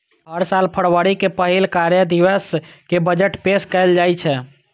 हर साल फरवरी के पहिल कार्य दिवस कें बजट पेश कैल जाइ छै